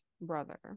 brother